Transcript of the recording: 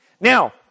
Now